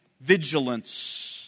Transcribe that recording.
vigilance